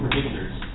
Predictors